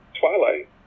Twilight